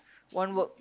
one work